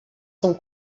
são